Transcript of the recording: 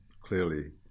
clearly